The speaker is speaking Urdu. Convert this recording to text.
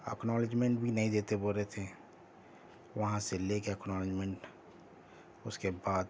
اکنالیجمینٹ بھی نہیں دیتے بول رہے تھے وہاں سے لے کے اکنالجمینمٹ اس کے بعد